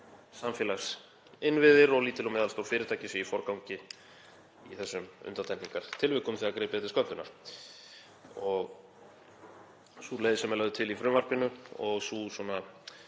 samfélagsinnviðir og lítil og meðalstór fyrirtæki séu í forgangi í þessum undantekningartilvikum þegar gripið er til skömmtunar. Sú leið sem er lögð til í frumvarpinu og sú